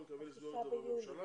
ומקווה לסגור את זה בממשלה,